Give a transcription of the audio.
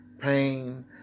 Pain